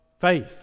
faith